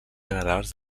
generals